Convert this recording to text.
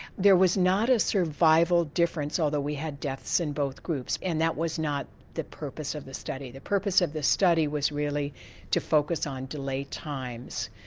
there was not a survival difference, although we had deaths in both groups. and that was not the purpose of the study. the purpose of the study was really to focus on delay times,